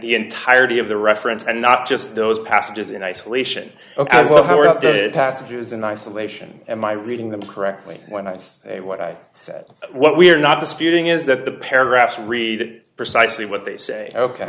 the entirety of the reference and not just those passages in isolation ok as well where did passages in isolation and my reading them correctly when i say what i said what we're not disputing is that the paragraphs read precisely what they say ok